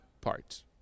parts